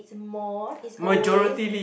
it's more is always